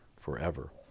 forever